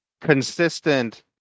consistent